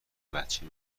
بچه